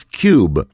cube